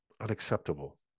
unacceptable